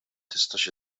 tistax